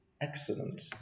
excellent